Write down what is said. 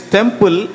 temple